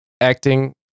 acting